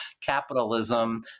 capitalism